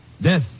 Death